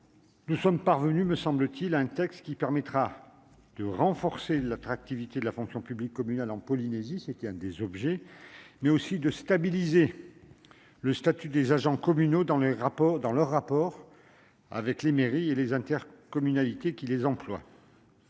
nous sommes parvenus à un texte qui permettra de renforcer l'attractivité de la fonction publique communale en Polynésie française, mais aussi de stabiliser le statut des agents communaux dans leurs rapports avec les mairies et les intercommunalités qui les emploient.